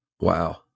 Wow